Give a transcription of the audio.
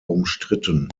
umstritten